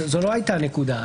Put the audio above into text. זו לא הייתה הנקודה.